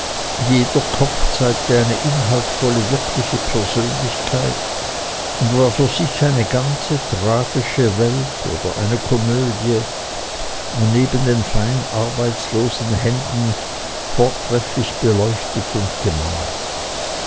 jeder kopf zeigte eine inhaltvolle wirkliche persönlichkeit und war für sich eine ganze tragische welt oder eine komödie und nebst den feinen arbeitlosen händen vortrefflich beleuchtet und gemalt